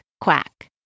quack